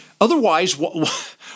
Otherwise